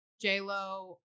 j-lo